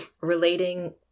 relating